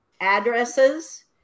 addresses